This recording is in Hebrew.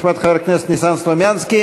חוק ומשפט חבר הכנסת ניסן סלומינסקי.